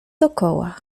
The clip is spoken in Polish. dokoła